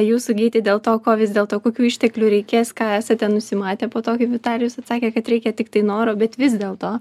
jūsų gyti dėl to ko vis dėl to kokių išteklių reikės ką esate nusimatę po to kai vitalijus atsakė kad reikia tiktai noro bet vis dėlto